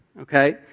okay